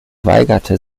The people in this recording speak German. weigerte